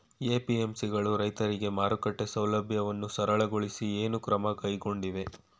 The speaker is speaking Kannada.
ಎ.ಪಿ.ಎಂ.ಸಿ ಗಳು ರೈತರಿಗೆ ಮಾರುಕಟ್ಟೆ ಸೌಲಭ್ಯವನ್ನು ಸರಳಗೊಳಿಸಲು ಏನು ಕ್ರಮ ಕೈಗೊಂಡಿವೆ?